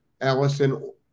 Allison